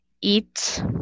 Eat